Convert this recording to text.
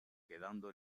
quedando